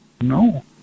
No